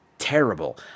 terrible